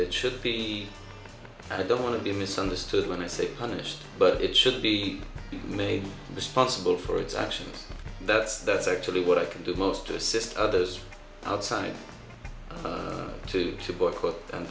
it should be i don't want to be misunderstood when i say punish but it should be made responsible for its actions that's that's actually what i can do most to assist others outside to support put